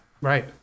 right